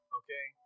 okay